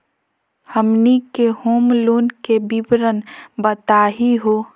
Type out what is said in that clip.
हमनी के home loan के विवरण बताही हो?